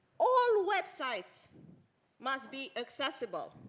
all websites must be accessible.